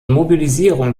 mobilisierung